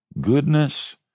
Goodness